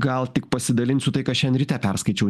gal tik pasidalinsiu tai ką šiandien ryte perskaičiau